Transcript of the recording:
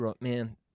Man